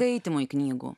skaitymui knygų